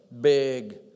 Big